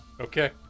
Okay